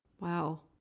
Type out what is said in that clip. Wow